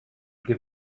would